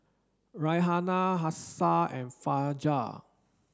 Raihana Hafsa and Fajar